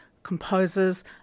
composers